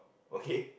okay